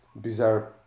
bizarre